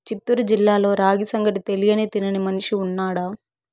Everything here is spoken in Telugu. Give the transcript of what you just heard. చిత్తూరు జిల్లాలో రాగి సంగటి తెలియని తినని మనిషి ఉన్నాడా